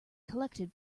collected